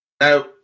Now